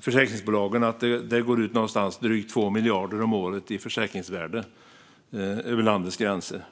Försäkringsbolagen säger att det går ut drygt 2 miljarder om året i försäkringsvärde över landets gränser.